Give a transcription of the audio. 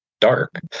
dark